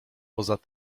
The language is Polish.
poza